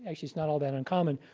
actually, it's not all that uncommon,